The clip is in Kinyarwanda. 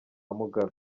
mugabe